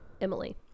Emily